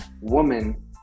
woman